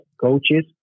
coaches